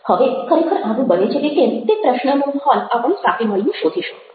હવે ખરેખર આવું બને છે કે કેમ તે પ્રશ્નનો હલ આપણે સાથે મળીને શોધીશું